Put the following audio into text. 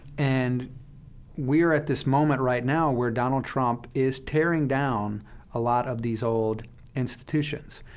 and we are at this moment right now where donald trump is tearing down a lot of these old institutions.